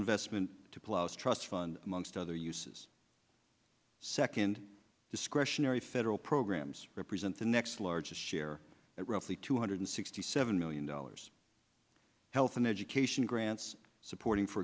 investment plus trust fund amongst other uses second discretionary federal programs represent the next largest share roughly two hundred sixty seven million dollars health and education grants supporting for